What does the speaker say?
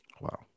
Wow